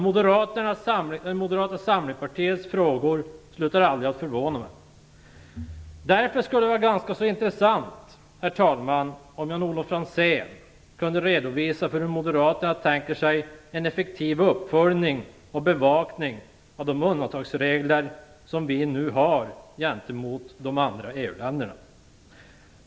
Moderata samlingspartiets frågor slutar aldrig att förvåna mig. Därför skulle det vara ganska intressant, herr talman, om Jan-Olof Franzén kunde redovisa för hur moderaterna tänker sig en effektiv uppföljning och bevakning av de undantagsregler som vi nu har gentemot de andra EU-länderna.